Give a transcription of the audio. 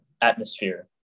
atmosphere